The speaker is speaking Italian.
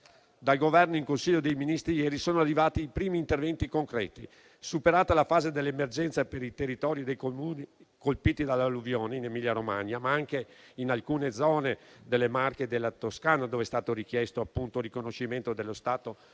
Dal Consiglio dei ministri di ieri sono arrivati i primi interventi concreti. Superata la fase dell'emergenza per i territori dei Comuni colpiti dalle alluvioni, in Emilia Romagna, ma anche in alcune zone delle Marche e della Toscana, dove è stato richiesto il riconoscimento dello stato di